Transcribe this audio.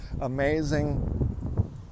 amazing